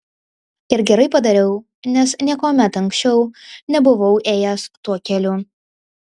ir gerai padariau nes niekuomet anksčiau nebuvau ėjęs tuo keliu